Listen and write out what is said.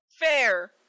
Fair